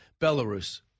Belarus